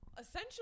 essentially